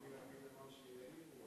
טומי לפיד אמר שיאיר זה הכי ישראלי.